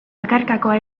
bakarkakoa